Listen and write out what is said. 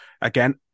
Again